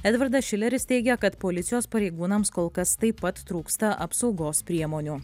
edvardas šileris teigė kad policijos pareigūnams kol kas taip pat trūksta apsaugos priemonių